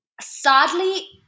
sadly